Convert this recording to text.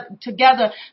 together